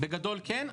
בגדול כן,